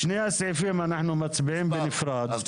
שני הסעיפים אנחנו מצביעים בנפרד.